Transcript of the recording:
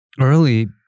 Early